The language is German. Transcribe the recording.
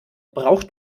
braucht